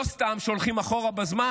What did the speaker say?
לא סתם כשהולכים אחורה בזמן,